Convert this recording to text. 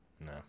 No